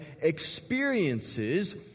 experiences